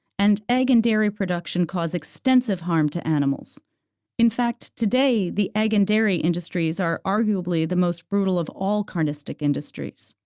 and egg and dairy production cause extensive harm to animals in fact, today, the egg and dairy industries are arguably the most brutal of all carnistic industries.